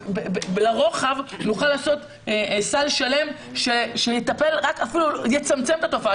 לרוחב נוכל לעשות סל שלם שיצמצם את התופעה.